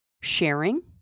sharing